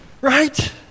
Right